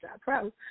Pro